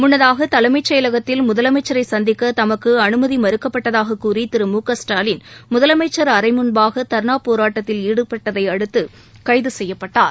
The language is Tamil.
முன்னதாக தலைமச் செயலகத்தில் முதலமைச்சரை சந்திக்க தமக்கு அனுமதி மறுக்கப்பட்டதாகக் கூறி திரு மு க ஸ்டாலின் முதலமைச்ன் அறை முன்பாக தர்ணா போராட்டத்தில் ஈடுபட்டதை அடுத்து கைது செய்யப்பட்டார்